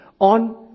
on